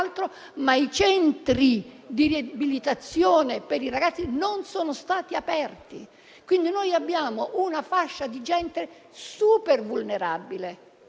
ma i centri di riabilitazione per i ragazzi non sono stati aperti, quindi abbiamo una fascia di gente supervulnerabile